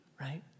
right